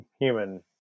human